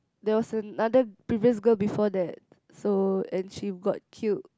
there was another previous girl before that so and she got killed